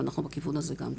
אבל אנחנו בכיוון הזה גם כן.